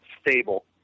stable